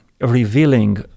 revealing